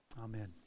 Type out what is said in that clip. Amen